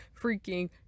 freaking